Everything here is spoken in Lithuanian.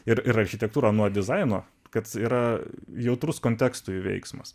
ir architektūra nuo dizaino kad yra jautrus kontekstui veiksmas